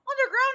Underground